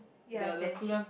ya it's damn cheap